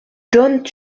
donnent